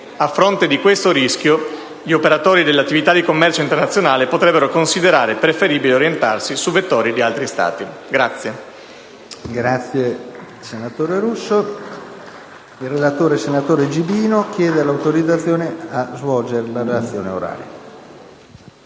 a fronte di questo rischio gli operatori delle attività di commercio internazionale potrebbero considerare preferibile orientarsi su vettori di altri Stati.